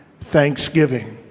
thanksgiving